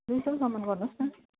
दुई सयसम्मन् गर्नुहोस् न